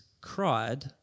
cried